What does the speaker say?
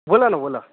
बोला न बोला